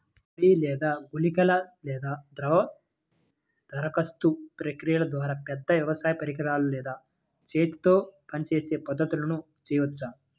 పొడి లేదా గుళికల లేదా ద్రవ దరఖాస్తు ప్రక్రియల ద్వారా, పెద్ద వ్యవసాయ పరికరాలు లేదా చేతితో పనిచేసే పద్ధతులను చేయవచ్చా?